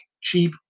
cheap